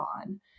on